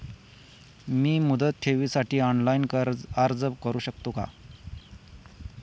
मी मुदत ठेवीसाठी ऑनलाइन अर्ज करू शकतो का?